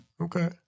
Okay